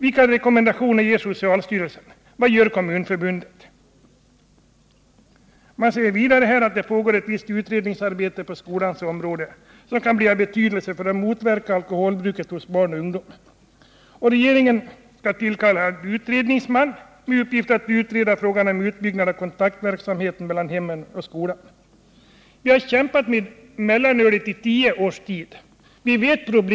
Vilka rekommendationer ger socialstyrel Utskottet säger vidare att det pågår ett visst utredningsarbete på skolans område, som kan bli av betydelse för att motverka alkoholbruket hos barn och ungdom. Regeringen skall tillkalla en utredningsman ”med uppgift att utreda frågan om utbyggnad av kontaktverksamheten mellan hemmen och skolan”. Vi har kämpat med mellanölet i tio års tid, och vi känner till frågan.